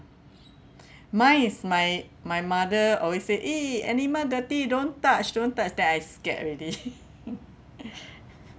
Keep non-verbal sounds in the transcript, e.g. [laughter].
mine is my my mother always say eh animal dirty don't touch don't touch then I scared already [laughs]